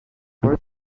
where